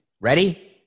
Ready